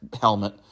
helmet